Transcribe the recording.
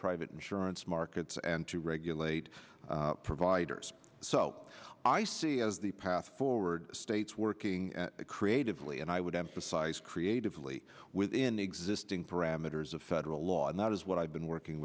private insurance markets and to regulate providers so i see as the path forward states working creatively and i would emphasize creatively within the existing parameters of federal law and that is what i've been working